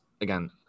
again